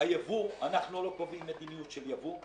אנחנו לא קובעים מדיניות של ייבוא,